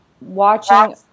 watching